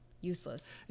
useless